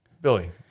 Billy